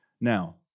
Now